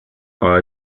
are